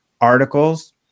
articles